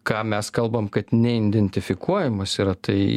ką mes kalbam kad neidentifikuojamas yra tai